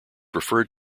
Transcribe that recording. referred